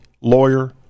lawyer